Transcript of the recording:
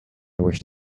wished